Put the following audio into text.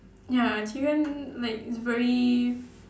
ya chicken like is very